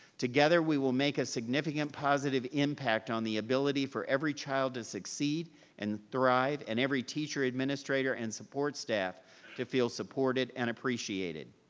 together, we will make a significant positive impact on the ability for every child to succeed and thrive, and every teacher, administrator, and support staff to feel supported and appreciated.